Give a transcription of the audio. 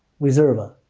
reserve ah.